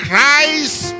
Christ